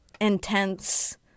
intense